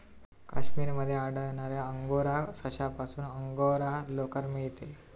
काश्मीर मध्ये आढळणाऱ्या अंगोरा सशापासून अंगोरा लोकर मिळते